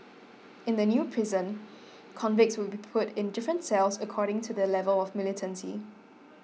in the new prison convicts will be put in different cells according to their level of militancy